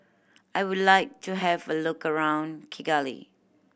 I would like to have a look around Kigali